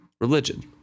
religion